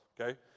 okay